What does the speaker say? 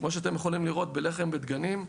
כמו שאתם יכולים לראות בלחם ובדגנים,